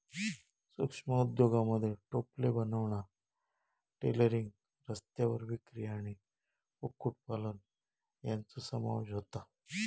सूक्ष्म उद्योगांमध्ये टोपले बनवणा, टेलरिंग, रस्त्यावर विक्री आणि कुक्कुटपालन यांचो समावेश होता